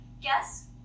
Guess